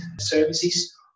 services